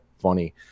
funny